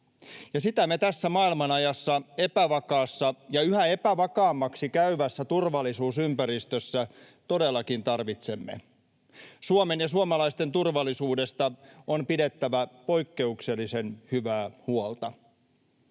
sitä me tässä maailmanajassa epävakaassa ja yhä epävakaammaksi käyvässä turvallisuusympäristössä todellakin tarvitsemme. Suomen ja suomalaisten turvallisuudesta on pidettävä poikkeuksellisen hyvää huolta.